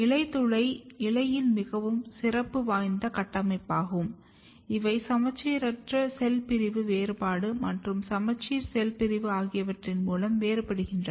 இலைத்துளை இலையில் மிகவும் சிறப்பு வாய்ந்த கட்டமைப்பாகும் அவை சமச்சீரற்ற செல் பிரிவு வேறுபாடு மற்றும் சமச்சீர் செல் பிரிவு ஆகியவற்றின் மூலம் வேறுபடுகின்றன